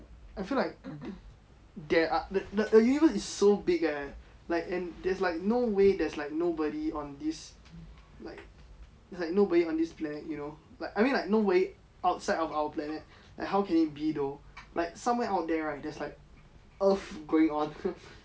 I feel like there are the the universe is so big eh like and there's like no way there's like nobody on this like there's nobody on this planet you know I mean nobody outside of our planet like how can it be tho like somewhere out there right there's like earth going on